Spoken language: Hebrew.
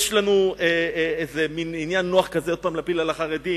יש לנו איזה מין עניין נוח כזה עוד פעם להפיל על החרדים,